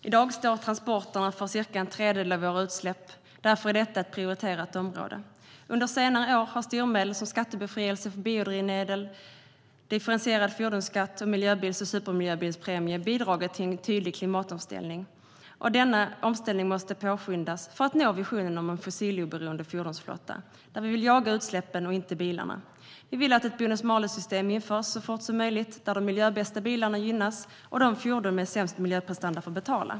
I dag står transporterna för cirka en tredjedel av våra utsläpp. Därför är detta ett prioriterat område. Under senare år har styrmedel som skattebefrielse för biodrivmedel, differentierad fordonsskatt och miljöbils och supermiljöbilspremien bidragit till en tydlig klimatomställning. Denna omställning måste påskyndas för att nå visionen om en fossiloberoende fordonsflotta. Vi vill jaga utsläppen och inte bilarna. Vi vill att ett bonus-malus-system införs så fort som möjligt, så att de miljöbästa bilarna gynnas och fordonen med sämst miljöprestanda får betala.